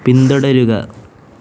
പിന്തുടരുക